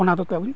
ᱚᱱᱟ ᱫᱚ ᱟᱵᱤᱱ